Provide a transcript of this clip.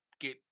get